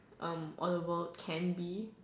um all the world can be